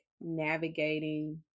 navigating